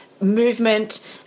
movement